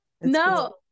no